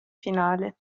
finale